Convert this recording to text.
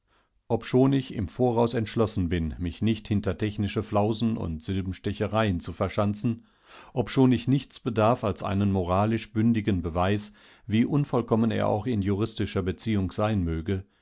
obschon ich im voraus entschlossen bin mich nicht hinter technische flausen und silbenstechereien zu verschanzen obschon ich nichts bedarf als einen moralisch bündigen beweis wie unvollkommenerauchinjuristischerbeziehungseinmögesoistesdochunmöglich in der